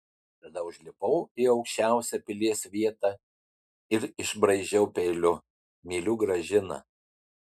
tada užlipau į aukščiausią pilies vietą ir išbraižiau peiliu myliu gražiną